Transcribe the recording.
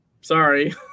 sorry